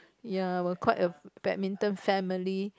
ya we're quite a badminton family